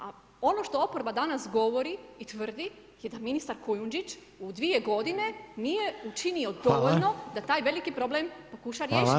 A ono što oporba danas govori i tvrdi je da ministar Kujundžić u dvije godine nije učinio dovoljno da taj veliki problem pokuša riješiti.